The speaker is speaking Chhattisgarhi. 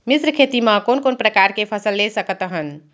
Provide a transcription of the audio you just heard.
मिश्र खेती मा कोन कोन प्रकार के फसल ले सकत हन?